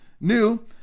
New